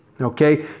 Okay